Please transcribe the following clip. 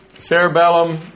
Cerebellum